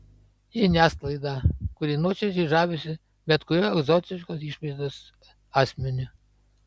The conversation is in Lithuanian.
žiniasklaidą kuri nuoširdžiai žavisi bet kuriuo egzotiškos išvaizdos asmeniu